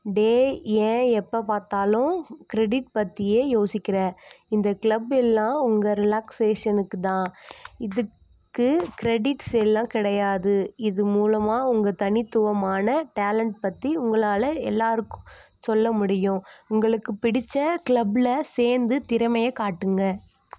டேய் ஏன் எப்போ பார்த்தாலும் க்ரெடிட் பற்றியே யோசிக்கிற இந்த க்ளப் எல்லாம் உங்கள் ரிலாக்ஷேஷனுக்கு தான் இதுக்கு க்ரெடிட்ஸ் எல்லாம் கிடையாது இது மூலமாக உங்கள் தனித்துவமான டேலண்ட் பற்றி உங்களால் எல்லோருக்கும் சொல்ல முடியும் உங்களுக்கு பிடிச்ச க்ளப்பில் சேர்ந்து திறமையை காட்டுங்கள்